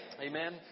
Amen